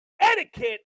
Etiquette